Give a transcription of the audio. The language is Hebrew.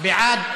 בעד,